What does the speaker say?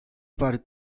parti